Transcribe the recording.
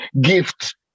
gift